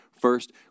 First